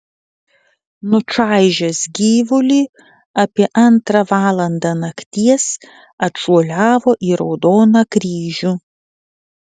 nučaižęs gyvulį apie antrą valandą nakties atšuoliavo į raudoną kryžių